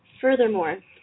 Furthermore